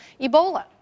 Ebola